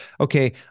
okay